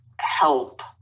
help